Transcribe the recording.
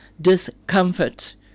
discomfort